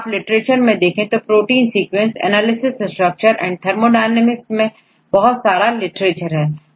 आप लिटरेचर में देखें तो protein sequence analysis structure and thermodynamics मैं बहुत सारा लिटरेचर है